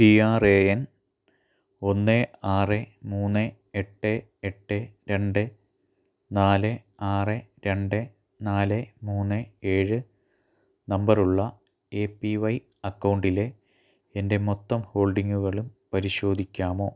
P R A N ഒന്ന് ആറ് മൂന്ന് എട്ട് എട്ട് രണ്ട് നാല് ആറ് രണ്ട് നാല് മൂന്ന് ഏഴ് നമ്പറുള്ള ഏ പ്പി വൈ അക്കൗണ്ടിലെ എന്റെ മൊത്തം ഹോൾഡിംഗുകളും പരിശോധിക്കാമോ